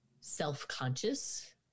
self-conscious